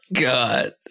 god